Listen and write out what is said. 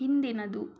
ಹಿಂದಿನದು